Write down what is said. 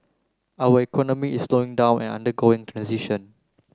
our economy is slowing down and undergoing transition